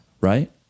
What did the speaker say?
right